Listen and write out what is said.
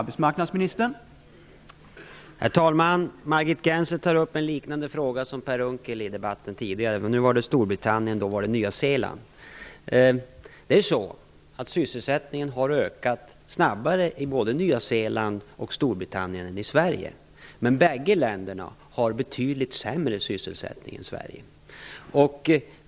Herr talman! Margit Gennser tar upp en fråga som liknar den som Per Unckel tog upp tidigare. Då var det Nya Zeeland, nu är det Storbritannien. Sysselsättningen har ökat snabbare i både Nya Zeeland och Storbritannien än i Sverige. Men båda länderna har betydligt lägre sysselsättning än Sverige.